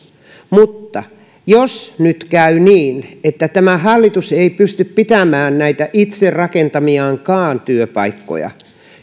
mutta jos nyt käy niin että hallitus ei pysty pitämään itse rakentamiaankaan työpaikkoja